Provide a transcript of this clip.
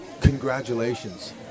congratulations